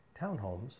townhomes